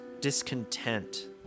discontent